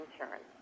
insurance